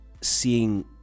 seeing